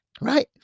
right